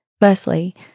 Firstly